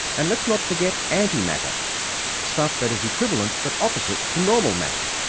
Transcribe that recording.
and let's not forget antimatter stuff that is equivalent but opposite to normal matter.